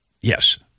Yes